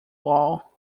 all